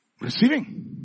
receiving